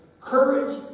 Courage